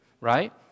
right